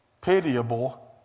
pitiable